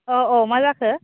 औ औ मा जाखो